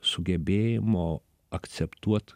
sugebėjimo akceptuot